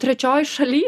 trečioj šaly